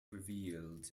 revealed